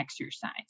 exercise